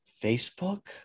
Facebook